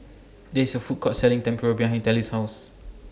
There IS A Food Court Selling Tempura behind Telly's House